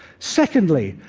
secondly,